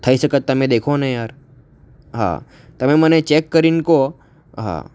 થઈ શકે તો તમે દેખો ને યાર હા તમે મને ચેક કરીને કહો હા